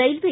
railway